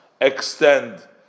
extend